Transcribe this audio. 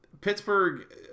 Pittsburgh